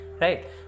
Right